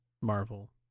Marvel